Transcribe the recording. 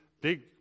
big